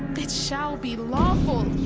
it shall be lawful.